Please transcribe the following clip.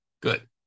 good